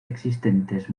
existentes